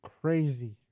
crazy